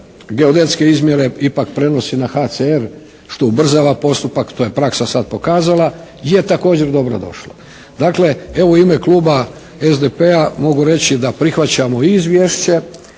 geodetske izmjere ipak prenosi na HCR što ubrzava postupak, to je praksa sad pokazala je također dobro došla. Dakle, evo u ime kluba SDP-a mogu reći da prihvaćamo izvješće